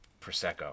Prosecco